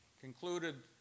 concluded